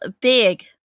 big